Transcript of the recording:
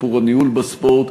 שיפור הניהול בספורט,